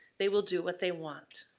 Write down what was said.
they will do what they want.